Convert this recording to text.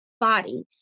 Body